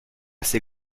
ces